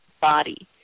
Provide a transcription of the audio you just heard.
body